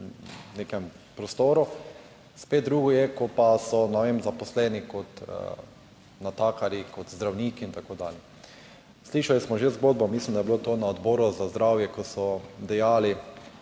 nekem prostoru, spet drugo je, ko pa so, ne vem, zaposleni kot natakarji, kot zdravniki in tako dalje. Slišali smo že zgodbo, mislim, da je bilo to na odboru za zdravje, ko so dejali